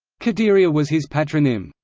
qadiriyya was his patronym.